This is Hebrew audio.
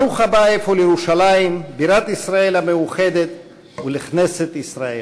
ברוך הבא אפוא לירושלים בירת ישראל המאוחדת ולכנסת ישראל.